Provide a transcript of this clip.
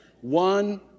One